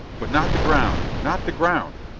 but not the ground. not the ground.